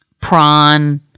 prawn